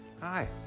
hi